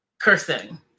cursing